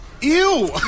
Ew